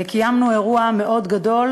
קיימנו אירוע מאוד גדול,